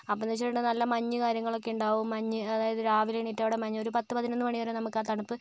അപ്പോഴെന്ന് വെച്ചിട്ടുണ്ടെങ്കിൽ നല്ല മഞ്ഞ് കാര്യങ്ങളൊക്കെയുണ്ടാകും മഞ്ഞ് അതായത് രാവിലെ എണീറ്റപാടെ മഞ്ഞ് ഒരു പത്തു പതിനൊന്ന് മണി വരെ നമുക്ക് ആ തണുപ്പ്